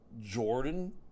Jordan